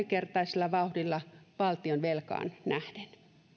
kertaisella vauhdilla valtionvelkaan nähden